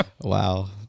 Wow